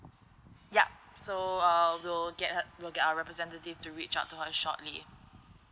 yup so uh will get her will get our representative to reach out to her shortly